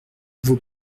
vos